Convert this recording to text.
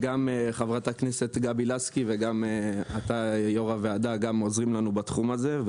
גם חברת הכנסת גבי לסקי וגם יושב-ראש הוועדה עוזרים לנו בעניין הזה.